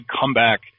comeback